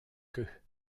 queue